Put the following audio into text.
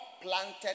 planted